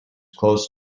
close